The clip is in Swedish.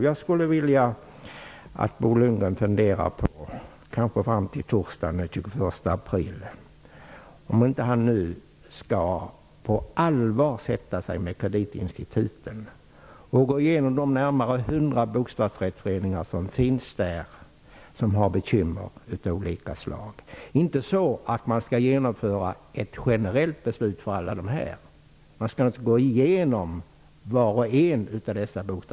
Jag skulle vilja att Bo Lundgren funderar på, kanske fram till den 21 april, om han inte på allvar skall sätta sig ned med kreditinstituten och gå igenom de närmare 100 bostadsrättsföreningar som har bekymmer av olika slag. Det är inte så att man bör genomföra ett generellt beslut för alla dessa föreningar, men man bör gå igenom var och en av dem.